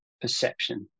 perception